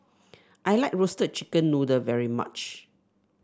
I like roast chicken noodle very much